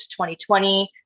2020